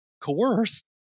coerced